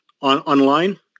online